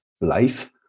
life